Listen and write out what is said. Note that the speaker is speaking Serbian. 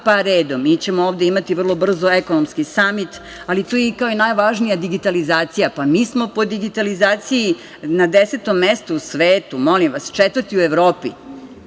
pa redom. Mi ćemo ovde imati vrlo brzo ekonomski samit, ali tu je i kao najvažnija digitalizacija. Mi smo po digitalizaciji na 10. mestu u svetu, molim vas, 4. u Evropi.